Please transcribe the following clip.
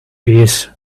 piece